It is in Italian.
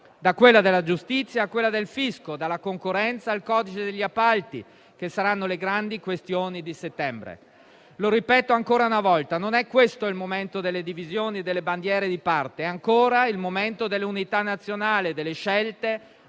da quella della giustizia a quella del fisco, dalla concorrenza al codice degli appalti, che saranno le grandi questioni di settembre. Lo ripeto ancora una volta: non è questo il momento delle divisioni e delle bandiere di parte; è ancora il momento dell'unità nazionale, delle scelte